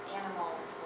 animals